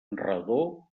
redó